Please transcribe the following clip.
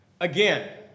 again